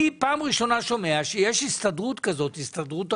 אני פעם ראשונה שומע שיש הסתדרות הרוקחים.